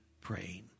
praying